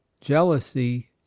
jealousy